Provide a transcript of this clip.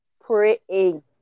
praying